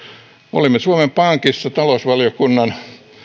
olimme suomen pankissa talousvaliokunnan